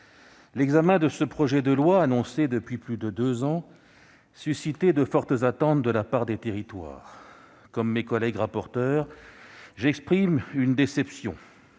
l'examen de ce projet de loi, annoncé depuis plus de deux ans, suscitait de fortes attentes de la part des territoires. Comme mes collègues rapporteurs, j'exprime une déception